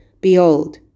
behold